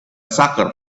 sucker